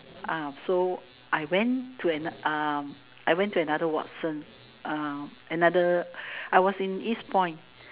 ah so I went to another um I went to another Watsons um another I was in Eastpoint